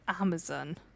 Amazon